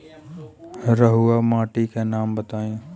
रहुआ माटी के नाम बताई?